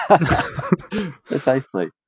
Precisely